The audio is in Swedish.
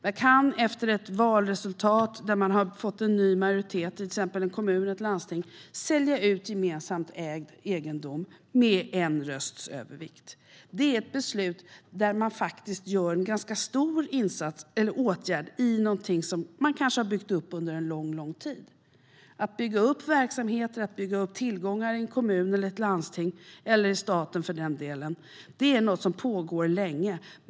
Man kan efter ett valresultat där det har blivit en ny majoritet, till exempel i en kommun eller ett landsting, sälja ut gemensamt ägd egendom med en rösts övervikt. Det är ett beslut där man faktiskt gör ett ganska stort ingrepp i någonting som kanske har byggts upp under lång tid. Att bygga upp verksamheter och tillgångar i en kommun eller ett landsting, eller i staten för den delen, är något som pågår länge.